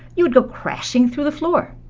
you would go crashing through the floor.